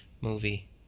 movie